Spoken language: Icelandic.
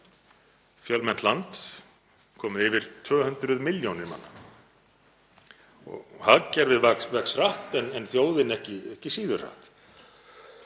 fjölmennt land, komið yfir 200 milljónir manna. Hagkerfið vex hratt en þjóðin ekki síður hratt.